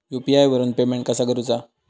UPI वरून payment कसा करूचा?